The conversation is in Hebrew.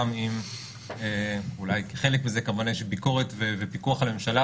גם אם אולי כחלק מזה כמובן יש ביקורת ופיקוח על הממשלה,